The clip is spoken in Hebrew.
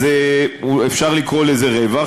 אז אפשר לקרוא לזה רווח,